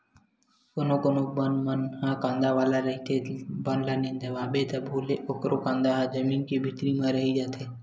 कोनो कोनो बन मन ह कांदा वाला रहिथे, बन ल निंदवाबे तभो ले ओखर कांदा ह जमीन के भीतरी म रहि जाथे